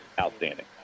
outstanding